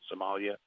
Somalia